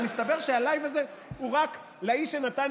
אז מסתבר שהלייב הזה הוא רק לאיש שנתן